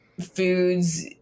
foods